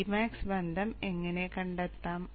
d max ബന്ധം എങ്ങനെ കണ്ടെത്താം